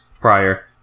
prior